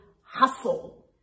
hustle